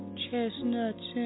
chestnuts